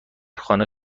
خانه